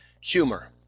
humor